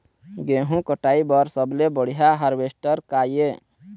गेहूं कटाई बर सबले बढ़िया हारवेस्टर का ये?